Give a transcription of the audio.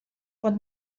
pot